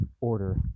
order